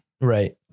Right